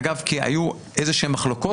אגב, כי היו איזשהן מחלוקות.